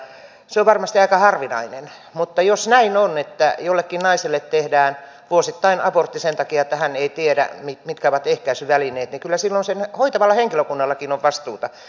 se on varmasti aika harvinaista mutta jos näin on että jollekin naiselle tehdään vuosittain abortti sen takia että hän ei tiedä mitkä ovat ehkäisyvälineet niin kyllä silloin sillä hoitavalla henkilökunnallakin on vastuuta